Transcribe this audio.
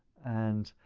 and,